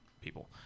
people